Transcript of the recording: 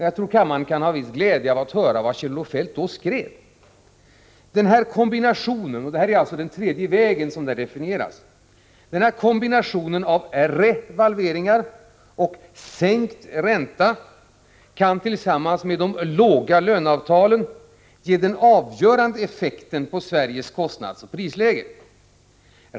Jag tror att kammaren kan ha viss glädje av att höra vad Kjell-Olof Feldt då skrev: ”Den här kombinationen av revalveringar och sänkt ränta kan tillsammans med de låga löneavtalen ge den avgörande effekten på Sveriges kostnadsoch prisläge.